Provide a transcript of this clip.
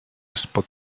spod